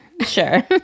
sure